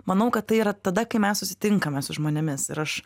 manau kad tai yra tada kai mes susitinkame su žmonėmis ir aš